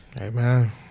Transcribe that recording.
Amen